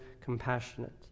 compassionate